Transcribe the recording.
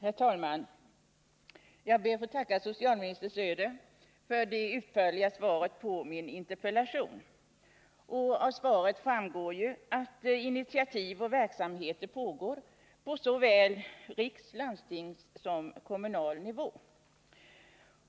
Herr talman! Jag ber att få tacka socialminister Söder för det utförliga svaret på min interpellation. Av svaret framgår ju att initiativ och verksamheter pågår på såväl riksnivå som landstingsnivå och kommunal nivå.